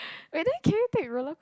and then can you take roller coaster